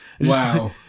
wow